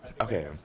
Okay